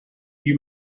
you